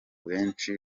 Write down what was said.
benshi